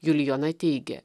julijona teigia